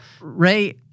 Ray